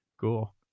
cool